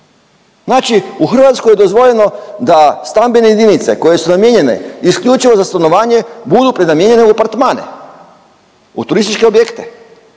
Znači u Hrvatskoj je dozvoljeno da stambene jedinice koje su namijenjene isključivo za stanovanje budu prenamijenjene u apartmane, u turističke objekte.